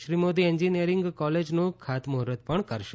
Shri Modi engineering કોલેજનું ખાતમૂહર્ત પણ કરશે